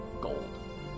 gold